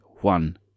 one